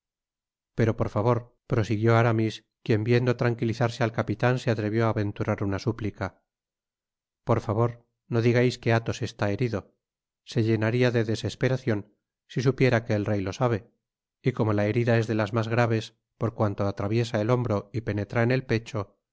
t pero por favor prosiguió a'amis quien viendo tranquilizarse al capitan se atrevió á aventurar una súplica por favor no digais que athos está herido se llenaria de desesperacion si supiera que el rey lo sabe y como la herida es de las mas graves porcuanto atraviesa el hombroy penetra en el pecho